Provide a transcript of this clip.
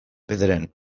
bederen